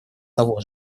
того